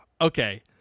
Okay